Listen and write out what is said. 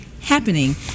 happening